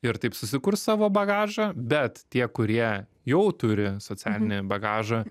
ir taip susikurs savo bagažą bet tie kurie jau turi socialinį bagažą